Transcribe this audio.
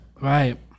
Right